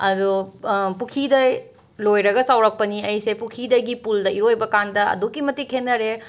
ꯑꯗꯣ ꯄꯨꯈ꯭ꯔꯤꯗ ꯂꯣꯏꯔꯒ ꯆꯥꯎꯔꯛꯄꯅꯤ ꯑꯩꯁꯦ ꯄꯨꯈ꯭ꯔꯤꯗꯒꯤ ꯄꯨꯜꯗ ꯏꯔꯣꯏꯕꯀꯥꯟꯗ ꯑꯗꯨꯛꯀꯤ ꯃꯇꯤꯛ ꯈꯦꯠꯅꯔꯦ